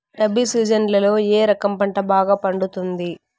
రబి సీజన్లలో ఏ రకం పంట బాగా పండుతుంది